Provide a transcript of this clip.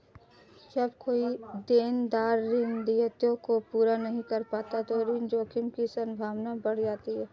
जब कोई देनदार ऋण दायित्वों को पूरा नहीं कर पाता तो ऋण जोखिम की संभावना बढ़ जाती है